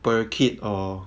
per kid or